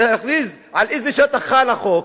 להכריז על איזה שטח חל החוק,